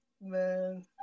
man